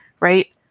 right